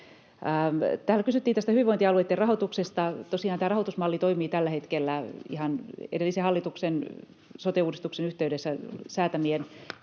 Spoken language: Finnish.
Täällä kysyttiin tästä hyvinvointialueitten rahoituksesta. Tosiaan tämä rahoitusmalli toimii tällä hetkellä ihan edellisen hallituksen sote-uudistuksen yhteydessä säätämien